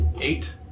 eight